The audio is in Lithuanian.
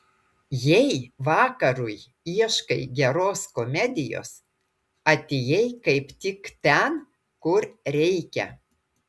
jei vakarui ieškai geros komedijos atėjai kaip tik ten kur reikia